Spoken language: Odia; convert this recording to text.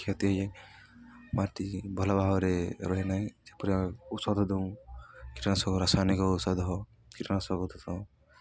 କ୍ଷତି ହେଇଯାଏ ମାଟି ଭଲ ଭାବରେ ରହେ ନାହିଁ ଯେପରି ଔଷଧ ଦଉଁ କୀଟନାଶକ ରାସାୟନିକ ଔଷଧ କୀଟନାଶକ ଔଷଧ